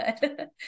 good